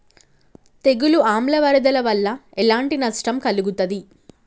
తెగులు ఆమ్ల వరదల వల్ల ఎలాంటి నష్టం కలుగుతది?